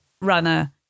runner